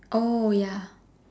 oh ya